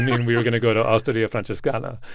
mean we were going to go to osteria francescana.